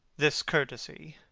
this courtesy,